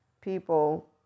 people